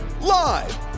Live